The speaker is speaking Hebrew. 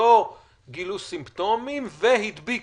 לא גילו סימפטומים והדביקו,